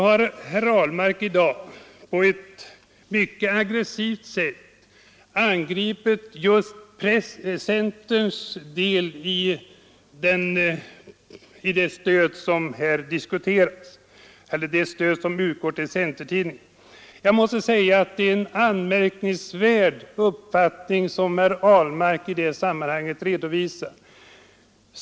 Herr Ahlmark har i dag på ett mycket aggressivt sätt angripit just den del av stödet som utgår till centertidningar. Det är en anmärkningsvärd uppfattning som herr Ahlmark här redovisar.